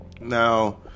Now